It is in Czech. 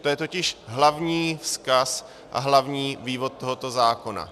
To je totiž hlavní vzkaz a hlavní vývod tohoto zákona.